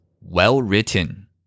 well-written